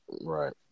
right